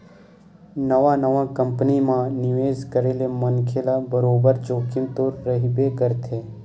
नवा नवा कंपनी म निवेस करे ले मनखे ल बरोबर जोखिम तो रहिबे करथे